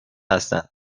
هستند